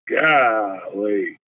Golly